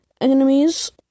enemies